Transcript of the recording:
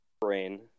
brain